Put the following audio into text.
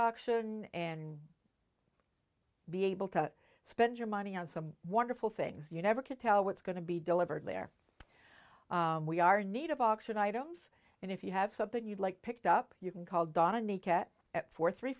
auction and be able to spend your money on some wonderful things you never can tell what's going to be delivered there we are in need of auction items and if you have something you'd like picked up you can call dominique at at four three